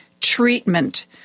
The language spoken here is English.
Treatment